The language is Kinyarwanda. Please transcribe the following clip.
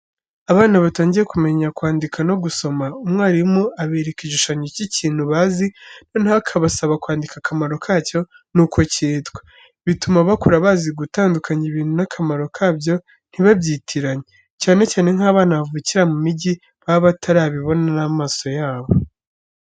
Abana batangiye kumenya kwandika no gusoma, umwarimu abereka igishushanyo cy'ikintu bazi, noneho akabasaba kwandika akamaro kacyo n'uko cyitwa. Bituma bakura bazi gutandukanya ibintu n'akamaro kabyo ntibabyitiranye, cyane cyane nk'abana bavukira mu mijyi baba batarabibona n'amaso yabo.